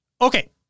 Okay